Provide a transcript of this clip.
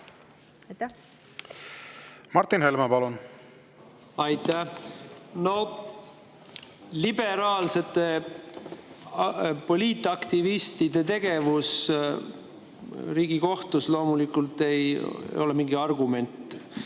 Martin Helme, palun! Aitäh! Noh, liberaalsete poliitaktivistide tegevus Riigikohtus ei ole loomulikult mingi argument